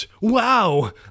Wow